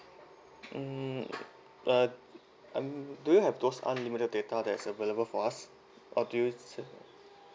mm uh um do you have those unlimited data that's available for us or do you